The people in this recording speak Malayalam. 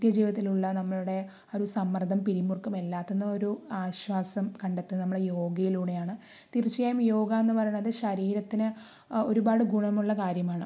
നിത്യ ജീവിതത്തിലുള്ള നമ്മളുടെ ആ ഒരു സമ്മർദ്ദം പിരി മുറുക്കം എല്ലാത്തിൽ നിന്നും ഒരു ആശ്വാസം കണ്ടെത്തുന്നത് നമ്മൾ യോഗയിലൂടെയാണ് തീർച്ചയായും യോഗ എന്ന് പറയണത് ശരീരത്തിന് ഒരുപാട് ഗുണമുള്ള കാര്യമാണ്